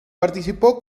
participó